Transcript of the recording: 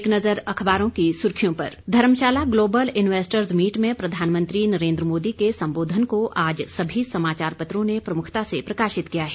एक नज़र अखबारों की सुर्खियों पर धर्मशाला ग्लोबल इन्वेस्टर्स मीट में प्रधानमंत्री नरेंद्र मोदी के संबोधन को आज सभी समाचार पत्रों ने प्रमुखता से प्रकाशित किया है